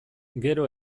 gero